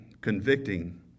convicting